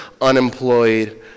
unemployed